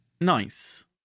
nice